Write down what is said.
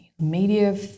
media